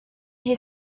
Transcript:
his